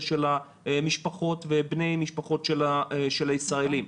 של המשפחות ובני המשפחות של הישראלים,